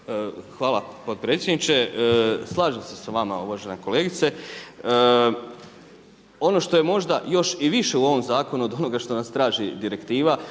Hvala potpredsjedniče. Slažem se s vama uvažena kolegice. Ono što je možda još i više u ovom zakonu od onoga što nas traži direktiva